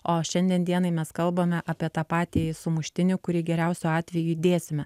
o šiandien dienai mes kalbame apie tą patį sumuštinį kurį geriausiu atveju įdėsime